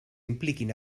impliquin